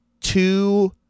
two